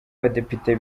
abadepite